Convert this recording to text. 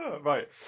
Right